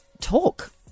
talk